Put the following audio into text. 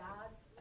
God's